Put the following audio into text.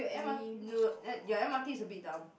M_R no M~ ya M_R_T is a bit dumb